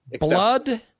blood